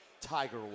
Tiger